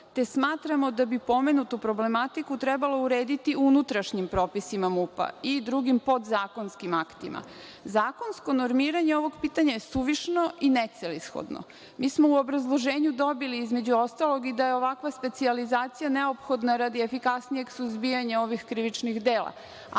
te smatramo da bi pomenutu problematiku trebalo urediti unutrašnjim propisima MUP i drugim podzakonskim aktima. Zakonsko normiranje ovog pitanja je suvišno i necelishodno. Mi smo u obrazloženju dobili između ostalog i da je ovakva specijalizacija neophodna radi efikasnijeg suzbijanja ovih krivičnih dela,